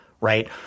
right